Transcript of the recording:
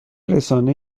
رسانه